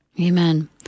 Amen